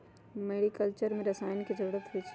mariculture में रसायन के जरूरत होई छई